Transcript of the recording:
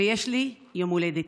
ויש לי יום הולדת.